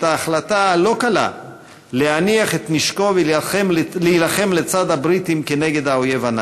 את ההחלטה הלא-קלה להניח את נשקו ולהילחם לצד הבריטים כנגד האויב הנאצי.